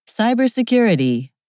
Cybersecurity